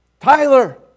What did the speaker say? Tyler